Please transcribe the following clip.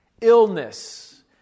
Illness